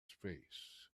face